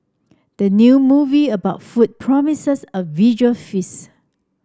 the new movie about food promises a visual feast